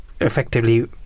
effectively